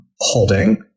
Holding